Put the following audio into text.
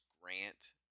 grant